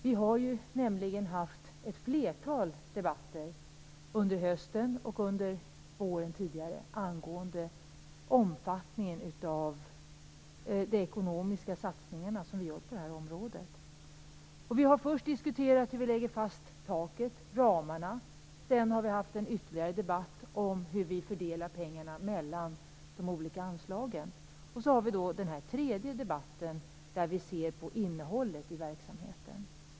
Vi har nämligen haft ett flertal debatter under hösten och tidigare under våren angående omfattningen av de ekonomiska satsningar vi gör på detta område. Vi har först diskuterat hur vi lägger fast taket - ramarna. Sedan har vi haft ytterligare en debatt om hur vi fördelar pengarna mellan de olika anslagen. Så har vi då denna tredje debatt, där vi ser på innehållet i verksamheten.